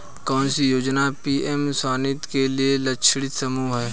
कौन सी योजना पी.एम स्वानिधि के लिए लक्षित समूह है?